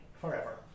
forever